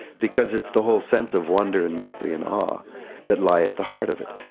because it's the whole sense of wonder and mystery and awe that lie at the heart of it.